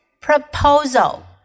proposal